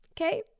Okay